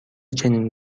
چنین